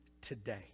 today